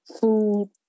food